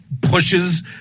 Pushes